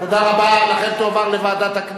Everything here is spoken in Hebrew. והיא תועבר לוועדת,